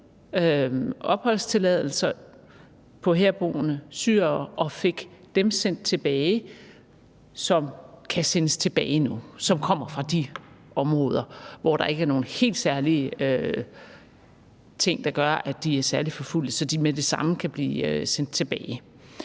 alle opholdstilladelser for herboende syrere og fik dem sendt tilbage, som kan sendes tilbage nu, og som kommer fra de områder, hvor der ikke er nogen helt særlige ting, der gør, at de er særligt forfulgte – så de med det samme kan blive sendt tilbage.